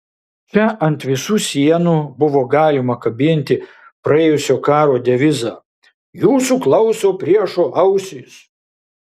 čia ant visų sienų buvo galima kabinti praėjusio karo devizą jūsų klauso priešo ausys